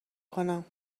کنم